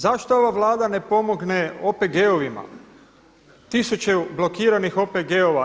Zašto ova Vlada ne pomogne OPG-ovima, tisuće blokiranih OPG-ova.